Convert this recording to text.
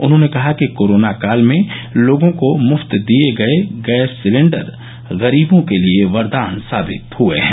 उन्होंने कहा कि कोरोना काल में लोगों को मुफ्त दिए गए गैस सिलेंण्डर गरीबों के लिए वरदान साबित हुए हैं